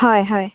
হয় হয়